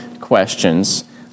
questions